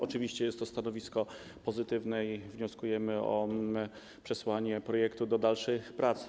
Oczywiście jest to stanowisko pozytywne i wnioskujemy o przesłanie projektu do dalszych prac.